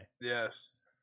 yes